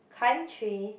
country